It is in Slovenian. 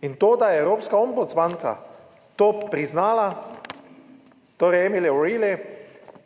In to, da je evropska ombudsmanka to priznala, torej Emilie Rally,